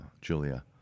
julia